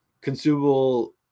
Consumable